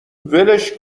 ولش